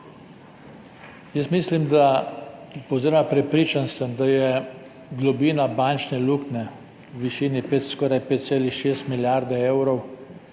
Jaz mislim oziroma prepričan sem, da je globina bančne luknje v višini skoraj 5,6 milijarde evrov,